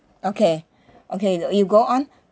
okay okay uh you go on